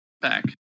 back